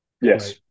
Yes